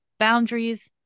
Boundaries